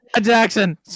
jackson